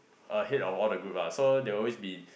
ahead of all the group ah so there will always be